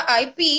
IP